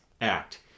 act